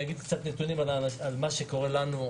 אביא קצת נתונים מבחינת מה שקורה לנו.